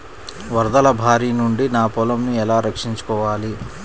వరదల భారి నుండి నా పొలంను ఎలా రక్షించుకోవాలి?